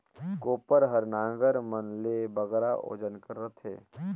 कोपर हर नांगर मन ले बगरा ओजन कर रहथे